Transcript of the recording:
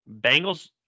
Bengals